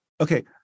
okay